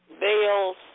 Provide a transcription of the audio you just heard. Bills